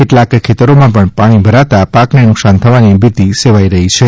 કેટલાંક ખેતરીમાં પણ પાણી ભરાતા પાકને નુકસાન થવાની ભીતી સેવાઇ રઠી છે